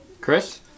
Chris